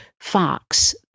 Fox